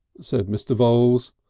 said mr. voules,